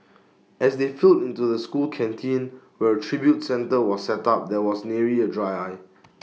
as they filled into the school canteen where A tribute centre was set up there was nary A dry eye